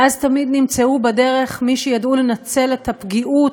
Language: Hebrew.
ואז תמיד נמצאו בדרך מי שידעו לנצל את הפגיעוּת,